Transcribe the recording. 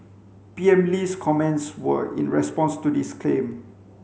P M Lee's comments were in response to this claim